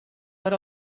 per